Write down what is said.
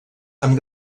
amb